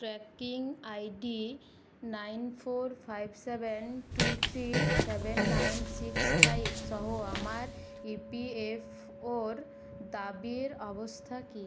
tracking ID nine four five seven two three seven nine six five সহ আমার ইপিএফওর দাবির অবস্থা কী